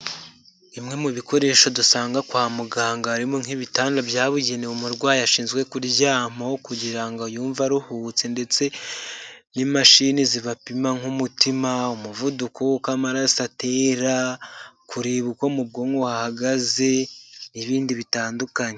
Bimwe mu bikoresho dusanga kwa muganga: harimo nk'ibitanda byabugenewe umurwayi ashinzwe kuryamaho kugira ngo yumve aruhubutse, ndetse n'imashini zibapima nk'umutima, umuvuduko w'uko amaraso atera ,kureba uko mu bwonko buhagaze n'ibindi bitandukanye,,.